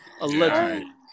Allegedly